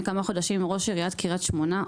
כמה חודשים עם ראש עיריית קריית שמונה.